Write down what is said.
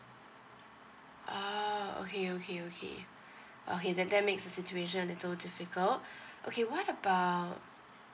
ah okay okay okay okay then that makes the situation a little difficult okay what about